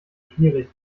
schwierig